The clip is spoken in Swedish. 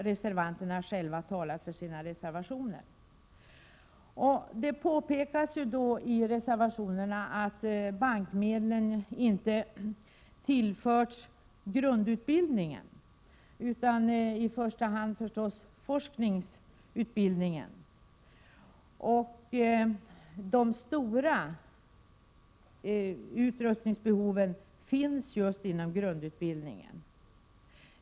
Reservanterna har själva talat för sina reservationer, och de påpekar att bankmedlen inte har tillförts grundutbildningen utan i första hand forskningsutbildningen. De stora utrustningsbehoven finns just inom grundutbildningen.